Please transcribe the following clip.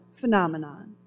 phenomenon